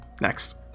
Next